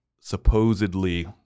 supposedly